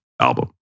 album